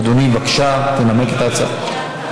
אדוני, בבקשה, תנמק את ההצעה.